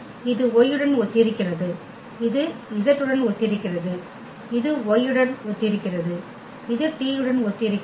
இது y உடன் ஒத்திருக்கிறது இது z உடன் ஒத்திருக்கிறது இது y உடன் ஒத்திருக்கிறது இது t உடன் ஒத்திருக்கிறது